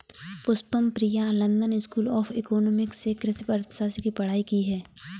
Pushpam Priya London School of Economics से कृषि अर्थशास्त्र की पढ़ाई की है